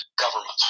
government